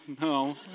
No